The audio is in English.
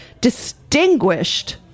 Distinguished